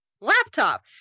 laptop